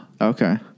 Okay